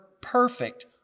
perfect